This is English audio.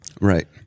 Right